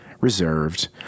reserved